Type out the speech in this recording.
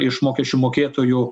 iš mokesčių mokėtojų